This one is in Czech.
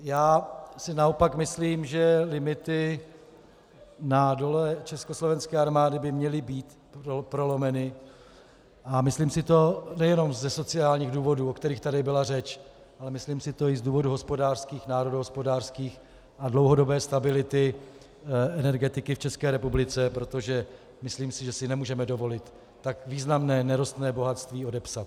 Já si naopak myslím, že limity na Dole Československé armády by měly být prolomeny, a myslím si to nejen ze sociálních důvodů, o kterých tu byla řeč, ale myslím si to i z důvodů hospodářských, národohospodářských a dlouhodobé stability energetiky v České republice, protože myslím si, že si nemůžeme dovolit tak významné nerostné bohatství odepsat.